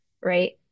right